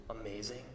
amazing